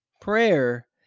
prayer